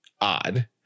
odd